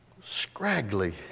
Scraggly